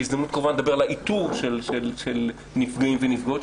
בהזדמנות הקרובה נדבר על האיתור של נפגעים ונפגעות,